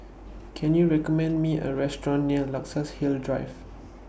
Can YOU recommend Me A Restaurant near Luxus Hill Drive